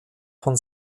von